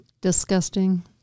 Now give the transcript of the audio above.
Disgusting –